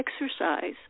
exercise